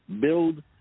build